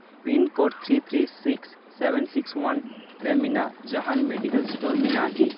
pincode three three six seven six one ᱨᱮ ᱢᱮᱱᱟᱜ ᱡᱟᱦᱟᱱ ᱢᱮᱰᱤᱠᱮᱞ ᱥᱴᱳᱨ ᱢᱮᱱᱟᱜᱼᱟ ᱠᱤ